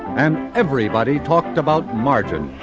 and everybody talked about margins.